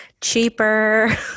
cheaper